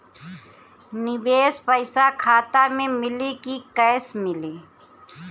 निवेश पइसा खाता में मिली कि कैश मिली?